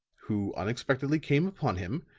who unexpectedly came upon him,